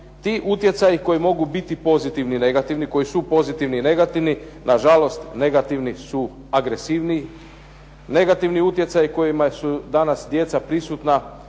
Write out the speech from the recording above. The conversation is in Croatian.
ti utjecaji koji mogu biti pozitivni i negativni, na žalost negativni su agresivniji, negativni utjecaji kojima su danas djeca prisutna